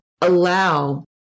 allow